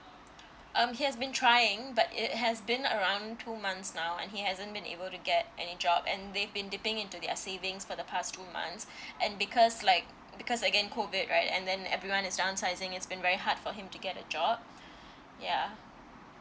um he has been trying but it has been around two months now and he hasn't been able to get any job and they've been dipping into their savings for the past two months and because like because against COVID right and then everyone is downsizing it's been very hard for him to get a job yeah